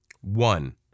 One